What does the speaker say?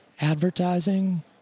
advertising